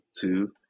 two